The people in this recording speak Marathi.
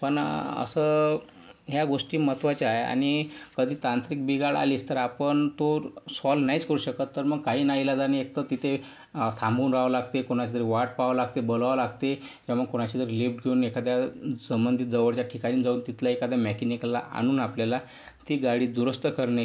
पण असं ह्या गोष्टी महत्त्वाच्या आहे आणि कधी तांत्रिक बिघाड आलेच तर आपण तो सॉल्व्ह नाहीच करू शकत तर मग काही नाईलाजानी एक तर तिथे थांबून राहावं लागते कोणाची तरी वाट पहावी लागते बोलवावं लागते किंवा मग कोणाची तरी लिफ्ट घेऊन एखाद्या संबंधित जवळच्या ठिकाणी जाऊन तिथल्या एखाद्या मेकॅनिकला आणून आपल्याला ती गाडी दुरुस्त करणे